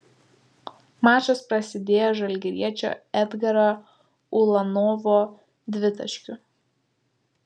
mačas prasidėjo žalgiriečio edgaro ulanovo dvitaškiu